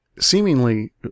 Seemingly